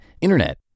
internet